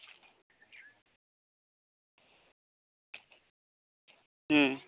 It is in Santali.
ᱦᱩᱸ